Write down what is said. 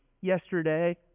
yesterday